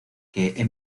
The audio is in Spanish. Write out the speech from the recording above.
que